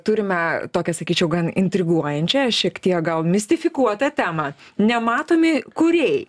turime tokią sakyčiau gan intriguojančią šiek tiek gal mistifikuotą temą nematomi kūrėjai